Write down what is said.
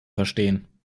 verstehen